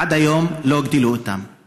ועד היום לא הגדילו אותו.